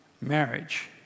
marriage